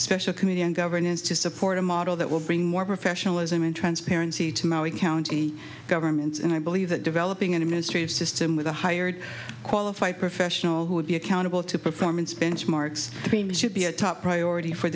special committee on governance to support a model that will bring more professionalism and transparency to maui county governments and i believe that developing an administrative system with a hired qualified professional who would be accountable to performance benchmarks should be a top priority for